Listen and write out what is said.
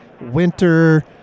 winter